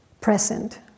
present